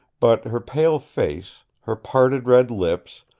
but her pale face, her parted red lips,